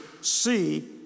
see